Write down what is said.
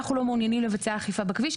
אנחנו לא מעוניינים לבצע אכיפה בכביש,